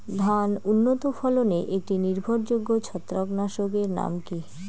ধান উন্নত ফলনে একটি নির্ভরযোগ্য ছত্রাকনাশক এর নাম কি?